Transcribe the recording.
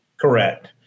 correct